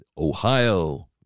Ohio